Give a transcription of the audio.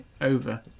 over